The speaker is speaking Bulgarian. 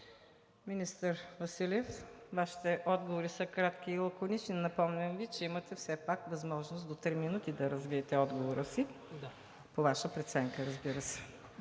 Министър Василев, Вашите отговори са кратки и лаконични. Напомням Ви, че имате все пак възможност до три минути да развиете отговора си – по Ваша преценка, разбира се.